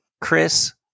Chris